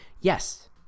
Yes